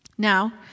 Now